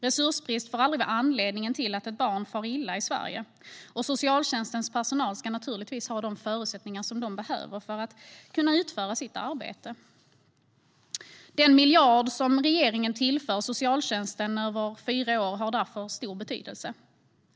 Resursbrist får aldrig vara anledningen till att ett barn far illa i Sverige, och socialtjänstens personal ska naturligtvis ha de förutsättningar som den behöver för att kunna utföra sitt arbete. Den miljard som regeringen tillför socialtjänsten över fyra år har därför stor betydelse.